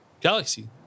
Galaxy